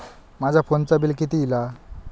माझ्या फोनचा बिल किती इला?